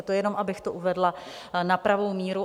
To jenom abych to uvedla na pravou míru.